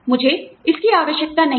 मुझे इसकी आवश्यकता नहीं है